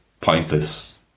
pointless